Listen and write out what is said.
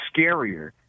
scarier